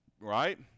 right